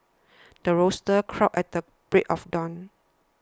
the rooster crows at the break of dawn